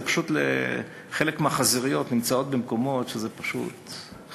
חלק מהחזיריות נמצאות במקומות שזה פשוט,